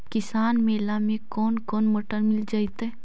किसान मेला में कोन कोन मोटर मिल जैतै?